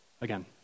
Again